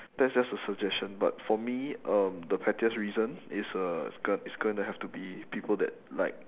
that's just a suggestion but for me um the pettiest reason is uh is go~ is gonna have to be people that like